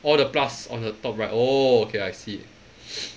orh the plus on the top right oh okay I see it